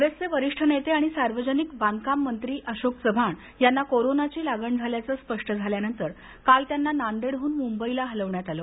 काँग्रेसचे वरिष्ठ नेते आणि सार्वजनिक बांधकाम मंत्री अशोक चव्हाण यांना कोरोनाची लागण झाल्याचं स्पष्ट झाल्यानंतर काल त्यांना नांदेडहन मुंबईला हलवण्यात आलं